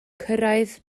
cyrraedd